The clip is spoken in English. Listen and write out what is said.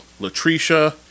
Latricia